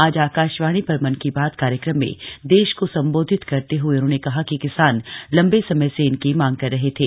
आज आकाशवाणी पर मन की बात कार्यक्रम में देश को संबोधित करते हुए उन्होंने कहा कि किसान लंबे समय से इनकी मांग कर रहे थे